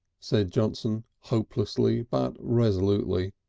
said johnson hopelessly but resolutely,